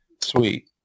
Sweet